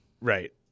right